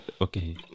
Okay